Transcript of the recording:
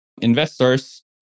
investors